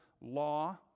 law